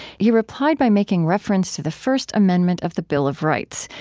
he replied by making reference to the first amendment of the bill of rights,